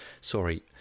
Sorry